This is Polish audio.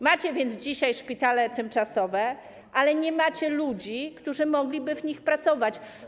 Macie więc dzisiaj szpitale tymczasowe, ale nie macie ludzi, którzy mogliby w nich pracować.